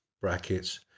brackets